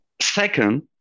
Second